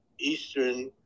eastern